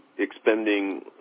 expending